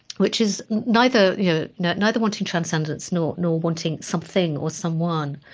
which is neither you know neither wanting transcendence nor nor wanting something or someone.